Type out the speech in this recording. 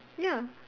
ya